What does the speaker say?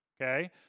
Okay